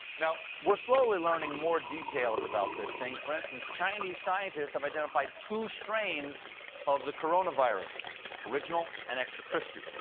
you know we're slowly learning more details about this thing. for instance, chinese scientists have identified two strains of the coronavirus original and extra crispy.